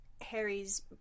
Harry's